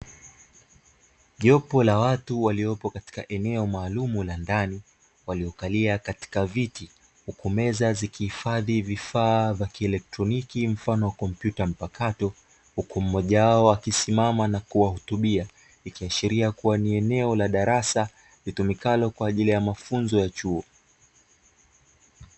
Jopo la watu waliopo katika eneo maalumu la ndani waliokalia katika viti, huku meza zikihifadhi vifaa vya kielektroniki mfano wa kompyuta mpakato, huku mmoja wao akisimama na kuwahutubia. Ikaashiria kuwa ni eneo la darasa litumikalo kwa ajili ya mafunzo ya chuo.